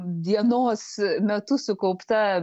dienos metu sukaupta